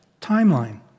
timeline